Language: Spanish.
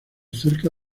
cerca